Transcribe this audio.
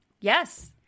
Yes